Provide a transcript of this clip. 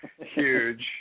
huge